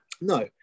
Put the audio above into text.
no